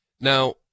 Now